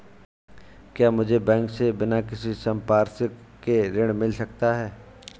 क्या मुझे बैंक से बिना किसी संपार्श्विक के ऋण मिल सकता है?